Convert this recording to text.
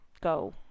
go